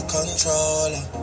Controller